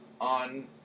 on